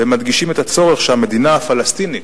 ומדגישים את הצורך שהמדינה הפלסטינית,